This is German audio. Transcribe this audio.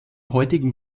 heutigen